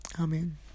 Amen